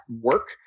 work